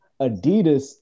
Adidas